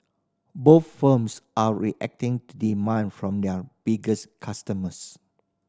both firms are reacting to demand from their biggest customers